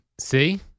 See